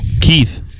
Keith